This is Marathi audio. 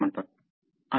अनेक उदाहरणे आहेत